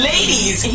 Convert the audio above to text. Ladies